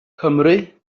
cymry